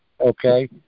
okay